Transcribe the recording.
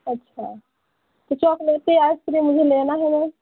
अच्छा तो chocolate ice cream भी लेना है